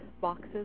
boxes